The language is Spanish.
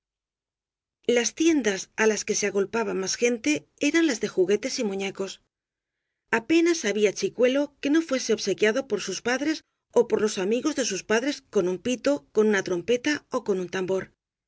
las tiendas á las que se agolpaba más gente eran las de juguetes y muñecos apenas había chicuelo que no fuese obsequiado por sus padres ó por los amigos de sus padres con un pito con una trom peta ó con un tambor